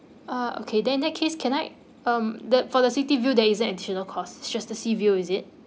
ah okay then in that case can I um the for the city view there isn't additional cost it's just the sea views it